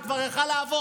זה כבר יכול היה לעבור.